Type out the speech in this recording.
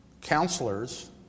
counselors